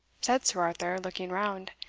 said sir arthur, looking round.